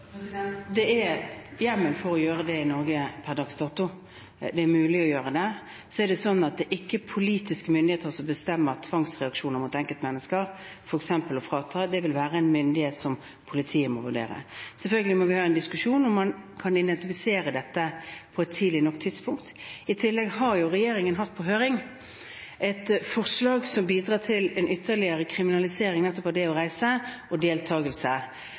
Det er hjemmel for å gjøre det i Norge per dags dato. Det er mulig å gjøre det, men det er ikke politiske myndigheter som bestemmer tvangsreaksjoner mot enkeltmennesker, f.eks. det å frata. Det vil være politiets myndighet – det er politiet som må vurdere dette. Selvfølgelig må vi ha en diskusjon om man kan identifisere dette på et tidlig nok tidspunkt. I tillegg har regjeringen hatt på høring et forslag som bidrar til en ytterligere kriminalisering av nettopp det å reise og